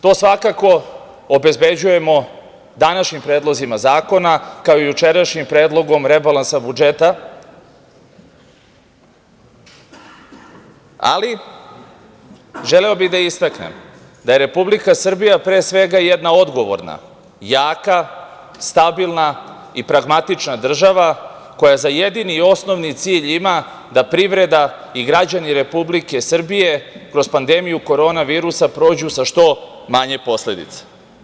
To svakako obezbeđujemo današnjim predlozima zakona, kao i jučerašnjim predlogom rebalansa budžeta, ali želeo bih da istaknem da je Republika Srbija, pre svega jedan odgovorna, jaka , stabilna, i pragmatična država koja za jedini i osnovni cilj ima da privreda i građani Republike Srbije, kroz pandemiju korona virusa prođu sa što manje posledica.